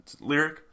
lyric